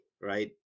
Right